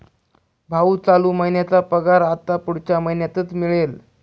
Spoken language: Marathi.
भाऊ, चालू महिन्याचा पगार आता पुढच्या महिन्यातच मिळेल